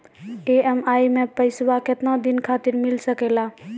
EMI मैं पैसवा केतना दिन खातिर मिल सके ला?